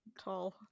tall